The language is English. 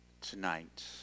tonight